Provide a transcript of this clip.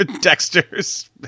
Dexter's